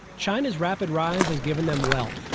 china's rapid rise has given them wealth.